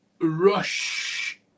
Rush